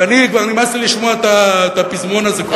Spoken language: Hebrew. ולי כבר נמאס לשמוע את הפזמון הזה פה.